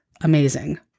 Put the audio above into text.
amazing